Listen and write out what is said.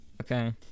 okay